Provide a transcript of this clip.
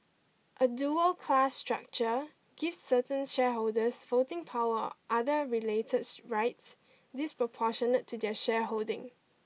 a dual class structure gives certain shareholders voting power other rights disproportionate to their shareholding